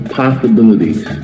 possibilities